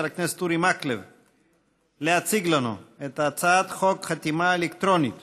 הכנסת אורי מקלב להציג לנו את הצעת חוק חתימה אלקטרונית